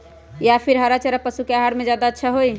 या फिर हरा चारा पशु के आहार में ज्यादा अच्छा होई?